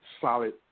solid